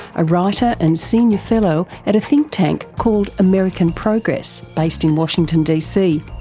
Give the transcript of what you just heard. a writer and senior fellow at a think-tank called american progress based in washington dc.